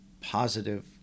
positive